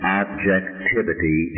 objectivity